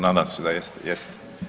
Nadam se da jeste.